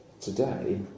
Today